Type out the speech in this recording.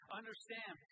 understand